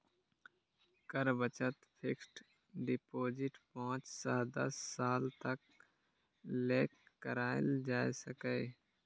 कर बचत fixed deposit पांच सं दस साल तक लेल कराएल जा सकैए